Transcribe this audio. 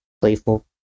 playful